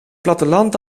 platteland